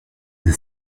the